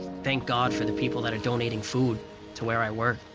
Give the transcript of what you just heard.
thank god for the people that are donating food to where i work.